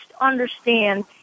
understand